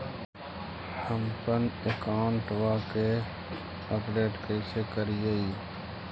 हमपन अकाउंट वा के अपडेट कैसै करिअई?